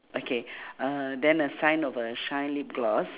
okay uhh then a sign of a shine lip gloss